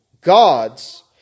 gods